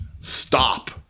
stop